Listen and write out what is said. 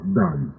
done